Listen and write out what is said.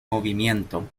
movimiento